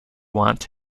want